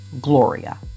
Gloria